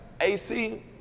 AC